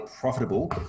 profitable